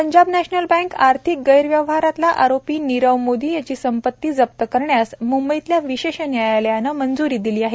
Punjab national bank आर्थिक गैरव्यवहारातला आरोपी नीरव मोदी याची संपत्ती जप्त करण्यास मुंबईतल्या विशेष न्यायालयानं मंजूरी दिली आहे